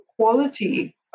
quality